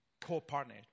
co-partner